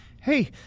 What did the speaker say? Hey